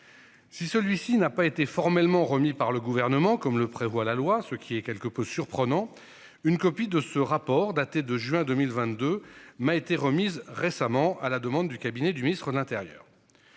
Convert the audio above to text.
Si celui-ci n'a pas été formellement remis par le gouvernement comme le prévoit la loi, ce qui est quelque peu surprenant. Une copie de ce rapport, daté de juin 2022 m'a été remise récemment à la demande du cabinet du ministre de l'Intérieur.